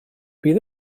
fydd